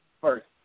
first